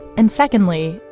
and secondly,